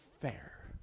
fair